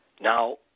Now